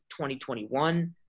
2021